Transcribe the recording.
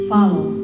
Follow